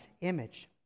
image